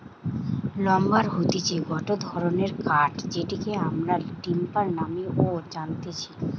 lumber হতিছে গটে ধরণের কাঠ যেটিকে আমরা টিম্বার নামেও জানতেছি